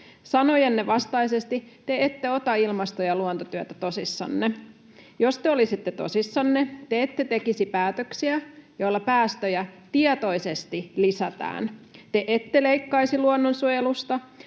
Sanojenne vastaisesti te ette ota ilmasto- ja luontotyötä tosissanne. Jos te olisitte tosissanne, te ette tekisi päätöksiä, joilla päästöjä tietoisesti lisätään, te ette leikkaisi luonnonsuojelusta,